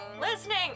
listening